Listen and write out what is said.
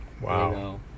Wow